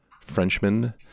Frenchman